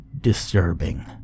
disturbing